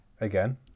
again